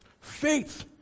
Faith